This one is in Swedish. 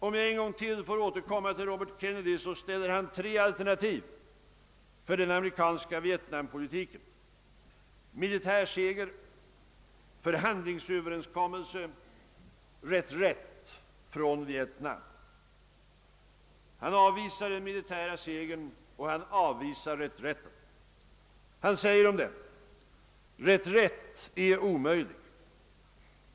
För att återkomma till Robert Kennedy så ställer han tre alternativ för den amerikanska vietnampolitiken: Han avvisar den militära segern, och han avvisar reträtten. Han säger i det sammanhanget: Reträtt är omöjlig.